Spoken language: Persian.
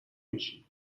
میشید